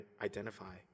identify